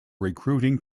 recruiting